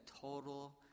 total